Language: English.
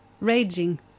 raging